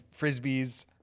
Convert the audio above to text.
Frisbees